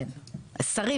שרים,